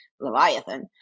Leviathan